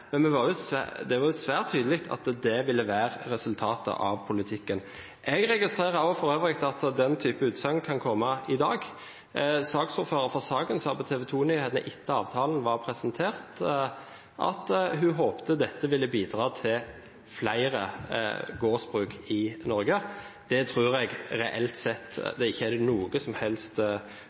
Men det var svært tydelig at det ville være resultatet av politikken. Jeg registrerer for øvrig at den typen utsagn kan komme i dag. Saksordføreren sa på TV 2-nyhetene, etter at avtalen var presentert, at hun håpet dette ville bidra til flere gårdsbruk i Norge. Det tror jeg reelt sett ikke det er noe som helst